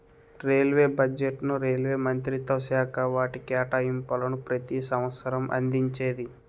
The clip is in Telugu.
రైల్వే బడ్జెట్ను రైల్వే మంత్రిత్వశాఖ వాటి కేటాయింపులను ప్రతి సంవసరం అందించేది